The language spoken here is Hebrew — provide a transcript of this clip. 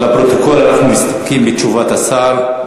לפרוטוקול, אנחנו מסתפקים בתשובת השר.